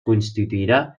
constituirà